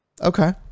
okay